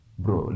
bro